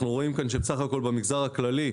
אנחנו רואים כאן שבסך הכול במגזר הכללי,